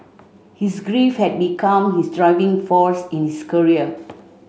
his grief had become his driving force in his career